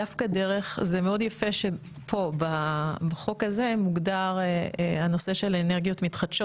זה מאוד יפה שפה בחוק הזה מוגדר הנושא של אנרגיות מתחדשות.